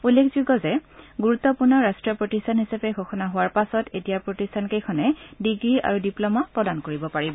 উল্লেখযোগ্য গুৰুত্বপূৰ্ণ ৰাষ্টীয় প্ৰতিষ্ঠান হিচাপে ঘোষণা হোৱাৰ পাছত এতিয়া প্ৰতিষ্ঠানকেইখনে ডিগ্ৰী আৰু ডিগ্লমা প্ৰদান কৰিব পাৰিব